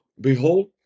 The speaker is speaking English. behold